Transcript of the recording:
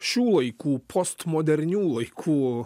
šių laikų postmodernių laikų